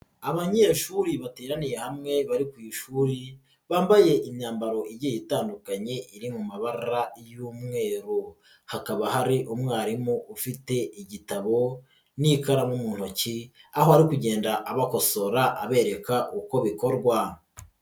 Abanyeshuri bateraniye hamwe bari ku ishuri bambaye imyambaro igiye itandukanye iri mu mabara y'umweru, hakaba hari umwarimu ufite igitabo n'ikaramu mu ntoki aho ari kugenda abakosora abereka uko bikorwa.